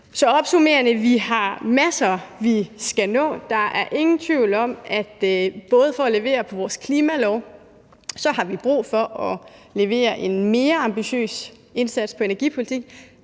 Så opsummerende: Vi har en masse, vi skal nå. Der er ingen tvivl om, at vi for at levere på vores klimalov har brug for at levere en mere ambitiøs indsats i energipolitikken,